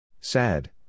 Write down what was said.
Sad